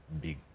big